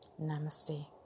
Namaste